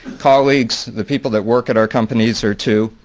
colleagues, the people that work at our companies are two,